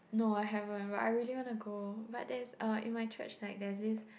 no I haven't but I really want to go but there's uh in my church like there's this